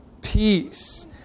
peace